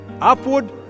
Upward